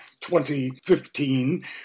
2015